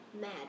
mad